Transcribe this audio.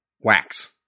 wax